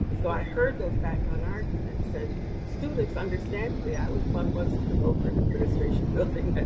so i heard those background arguments and students understandably, i was one once and took over and administration building.